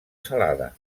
salada